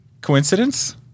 Coincidence